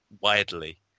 widely